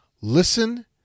listen